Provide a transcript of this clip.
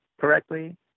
correctly